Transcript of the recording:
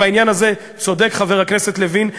ובעניין הזה צודק חבר הכנסת לוין.